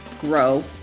grow